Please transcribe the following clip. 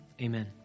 Amen